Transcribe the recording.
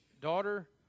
daughter